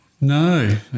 No